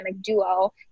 duo